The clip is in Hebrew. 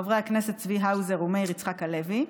חברי הכנסת צבי האוזר ומאיר יצחק הלוי,